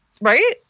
right